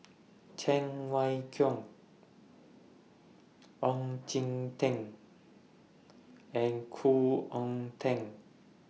Cheng Wai Keung Oon Jin Teik and Khoo Oon Teik